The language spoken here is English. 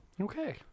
Okay